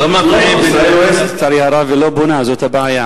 יכול להיות שגם בונים אותו פעם אחר פעם אחרי שהורסים.